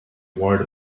worried